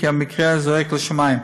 כי המקרה זועק לשמיים,